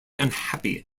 unhappy